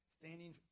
standing